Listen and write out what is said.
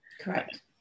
Correct